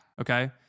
Okay